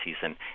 season